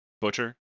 Butcher